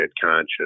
conscious